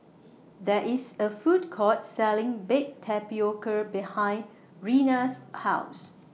There IS A Food Court Selling Baked Tapioca behind Reina's House